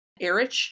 Eric